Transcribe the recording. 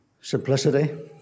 Simplicity